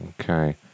okay